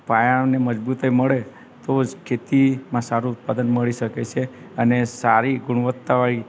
પાયાને મજબૂતાઈ મળે તો જ ખેતીમાં સારું ઉત્પાદન મળી શકે છે અને સારી ગુણવત્તાવાળી